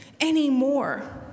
anymore